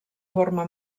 forma